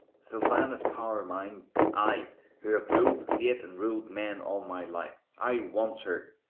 sylvanus power, mind i, who have ruled fate and ruled men all my life i want her!